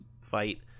fight